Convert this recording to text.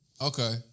Okay